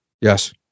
Yes